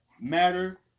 matter